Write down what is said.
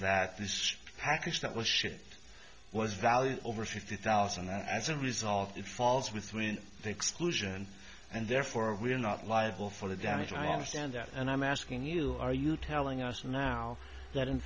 that this package that was shifted was valued over fifty thousand as a result it falls within the exclusion and therefore we're not liable for the damage i understand that and i'm asking you are you telling us now that in